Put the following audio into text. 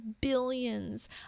billions